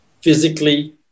physically